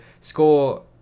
score